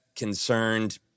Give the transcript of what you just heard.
concerned